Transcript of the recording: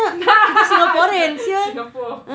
singa~ singapore